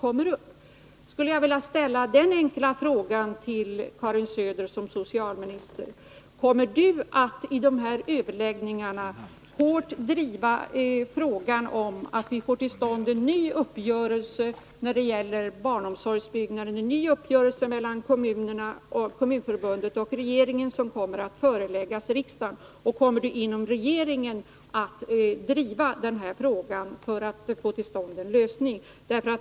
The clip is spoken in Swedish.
Då skulle jag vilja ställa denna enkla fråga till Karin Söder i hennes egenskap av socialminister: Kommer ni att vid dessa överläggningar hårt driva frågan, så att vi får till stånd en ny uppgörelse om barnomsorgen, en ny uppgörelse mellan Kommunförbundet och regeringen som sedan kommer att föreläggas riksdagen? Kommer ni också att i regeringen driva frågan för att få till stånd en lösning?